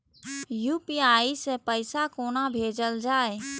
UPI सै पैसा कोना भैजल जाय?